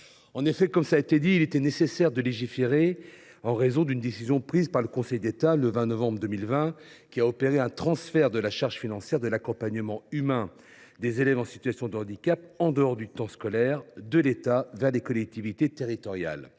de son travail. Il était en effet nécessaire de légiférer, en raison de la décision du Conseil d’État du 20 novembre 2020 opérant un transfert de la charge financière de l’accompagnement humain des élèves en situation de handicap en dehors du temps scolaire, de l’État vers les collectivités territoriales.